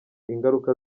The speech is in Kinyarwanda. ingaruka